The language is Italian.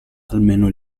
almeno